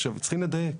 עכשיו, צריכים לדייק.